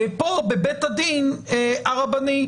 פה בבית הדין הרבני,